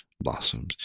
blossoms